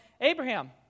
Abraham